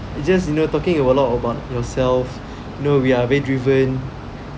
you just you know talking a lot about yourself you know we are very driven